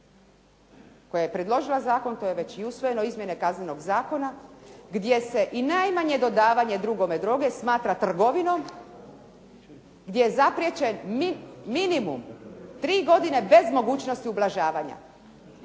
koja je predložila zakon koji je već i usvojen, izmjene Kaznenog zakona gdje se i najmanje dodavanje drugome droge smatra trgovinom gdje je zapriječen minimum tri godine bez mogućnosti ublažavanja.